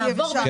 לעבור ---?